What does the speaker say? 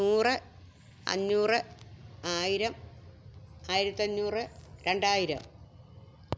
നൂറ് അഞ്ഞൂറ് ആയിരം ആയിരത്തി അഞ്ഞൂറ് രണ്ടായിരം